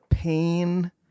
pain